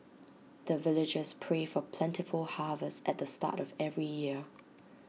the villagers pray for plentiful harvest at the start of every year